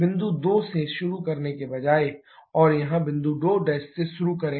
बिंदु 2 से शुरू करने के बजाए और यहाँ बिंदु 2' से शुरू करें